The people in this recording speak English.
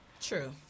True